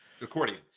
Accordion